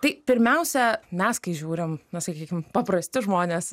tai pirmiausia mes kai žiūrim na sakykim paprasti žmonės